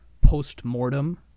post-mortem